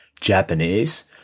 Japanese